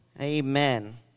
Amen